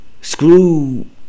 Screw